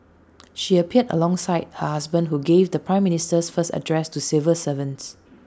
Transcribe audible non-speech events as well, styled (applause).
(noise) she appeared alongside her husband who gave the prime Minister's first address to civil servants